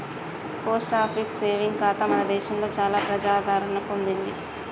post office saving ఖాతా మన దేశంలో చాలా ప్రజాదరణ పొందింది